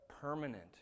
permanent